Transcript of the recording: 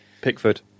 Pickford